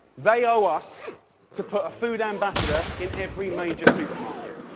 they owe us to put a food ambassador in every major supermarket.